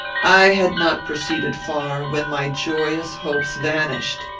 i had not proceeded far, when my joyous hopes vanished.